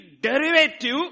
derivative